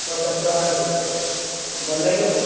ପଚାଶ ଟଙ୍କା ରେଟ୍ ଦିଅ ଭଲ ଲାଗିବ ତ